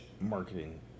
marketing